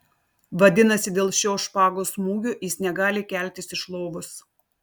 vadinasi dėl šio špagos smūgio jis negali keltis iš lovos